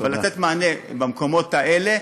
אבל לתת מענה במקומות האלה,